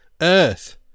Earth